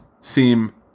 seem